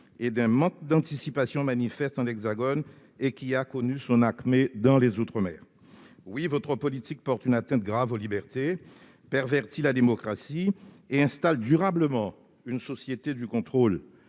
et d'un manque d'anticipation manifeste dans l'Hexagone, qui a connu son acmé dans les outre-mer. Oui, votre politique porte une atteinte grave aux libertés. Elle pervertit la démocratie et installe durablement une société de contrôle.